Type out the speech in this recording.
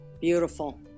Beautiful